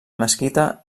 mesquita